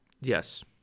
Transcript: Yes